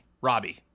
Robbie